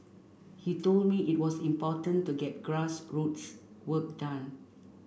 he told me it was important to get grassroots work done